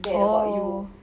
oh